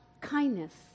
kindness